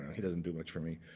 he doesn't do much for me.